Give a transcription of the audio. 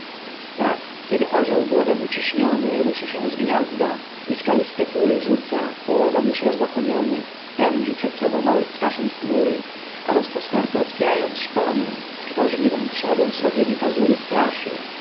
tak kiedy orzeł głodem uciśniony ruszy się z gniazda i skaliste góry rzuca połowem już rozłakomiony pędzi przed sobą małych ptasząt chmury a rozpostarte otwierając szpony trwożliwą trzodę srogiemi pazury straszy